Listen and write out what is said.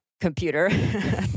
computer